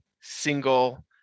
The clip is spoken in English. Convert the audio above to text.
single